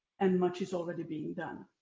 and much is already being done.